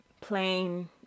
Plain